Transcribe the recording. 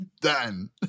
Done